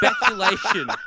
speculation